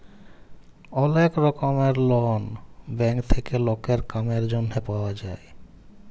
ওলেক রকমের loan bank থেক্যে লকের কামের জনহে পাওয়া যায়